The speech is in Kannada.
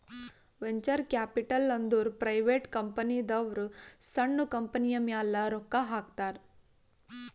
ವೆಂಚರ್ ಕ್ಯಾಪಿಟಲ್ ಅಂದುರ್ ಪ್ರೈವೇಟ್ ಕಂಪನಿದವ್ರು ಸಣ್ಣು ಕಂಪನಿಯ ಮ್ಯಾಲ ರೊಕ್ಕಾ ಹಾಕ್ತಾರ್